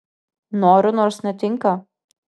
noriu nors netinka